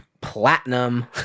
Platinum